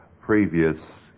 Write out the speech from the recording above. previous